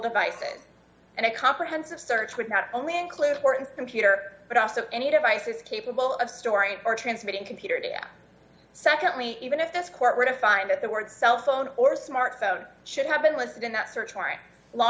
devices and a comprehensive search would not only include morton's computer but also any devices capable of storing or transmitting computer data secondly even if this court were to find that the words cell phone or smartphone should have been listed in that search warrant law